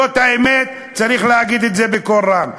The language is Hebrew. זאת האמת, צריך להגיד את זה בקול רם.